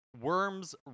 Worms